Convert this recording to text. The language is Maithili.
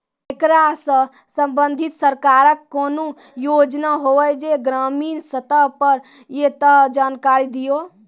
ऐकरा सऽ संबंधित सरकारक कूनू योजना होवे जे ग्रामीण स्तर पर ये तऽ जानकारी दियो?